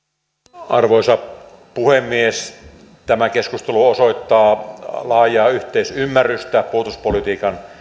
arvoisa puhemies tämä keskustelu osoittaa laajaa yhteisymmärrystä puolustuspolitiikan